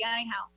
anyhow